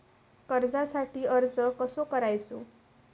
कर्जासाठी अर्ज कसो करायचो?